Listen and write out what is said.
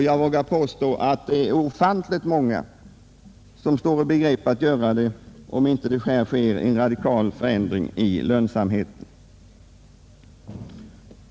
Jag vågar påstå att det också är ofantligt många som står i begrepp att göra det, om det inte blir en radikal förändring i lönsamheten.